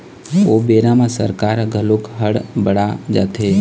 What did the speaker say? ओ बेरा म सरकार ह घलोक हड़ बड़ा जाथे